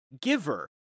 giver